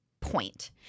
point